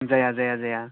जाया जाया जाया